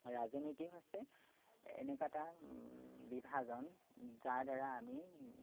ৰাজনীতিক হৈছে এনেকুৱা এটা বিভাজন যাৰ দ্বাৰা আমি